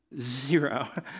Zero